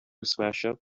smashup